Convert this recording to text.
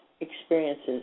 experiences